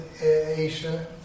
Asia